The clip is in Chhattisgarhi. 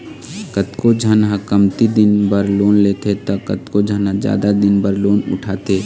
कतको झन ह कमती दिन बर लोन लेथे त कतको झन जादा दिन बर लोन उठाथे